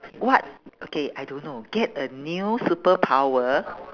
what okay I don't know get a new superpower